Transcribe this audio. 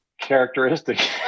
characteristic